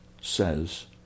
says